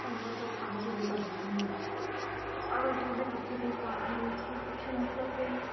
on ଦ୍ୱାରା ସବୁ କାମ ବି ହେଇପାରୁଛି ଆଉ ଯେଉଁ ନା କିଛି ବି କିଛି ନଥିଲା